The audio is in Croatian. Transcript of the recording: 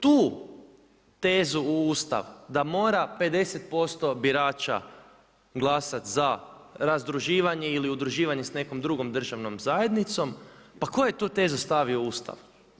Tu tezu u Ustav da mora 50% birača glasati za razdruživanje ili udruživanje sa nekom drugom državnom zajednicom, pa tko je tu tezu stavio u Ustav?